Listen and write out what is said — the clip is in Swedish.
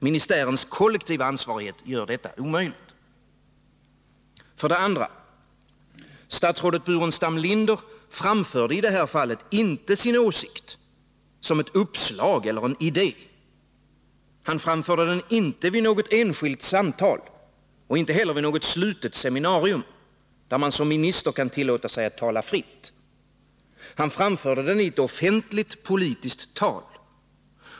Ministärens kollektiva ansvarighet gör detta omöjligt. För det andra: Statsrådet Burenstam Linder framförde inte i det här fallet sin åsikt som ett uppslag eller en idé. Han framförde den inte vid något enskilt samtal och inte heller vid något slutet seminarium, där man som minister kan tillåta sig att tala fritt. Han framförde den i ett offentligt politiskt tal.